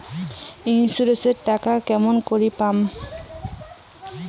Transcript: Insurance এর টাকা কেমন করি পাম?